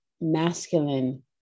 masculine